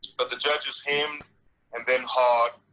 but the judges hemmed and then hawed,